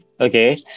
Okay